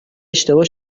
اشتباه